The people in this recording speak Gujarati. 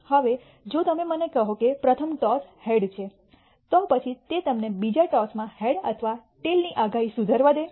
હવે જો તમે મને કહો કે પ્રથમ ટૉસ હેડ છે તો પછી તે તમને બીજા ટોસમાં હેડ અથવા ટેઈલ ની આગાહી સુધારવા દે છે